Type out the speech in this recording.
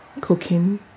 cooking